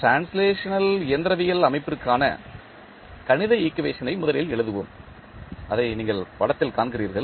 எனவே டிரான்ஸ்லேஷனல் இயந்திரவியல் அமைப்பிற்கான கணித ஈக்குவேஷன் ஐ முதலில் எழுதுவோம் அதை நீங்கள் படத்தில் காண்கிறீர்கள்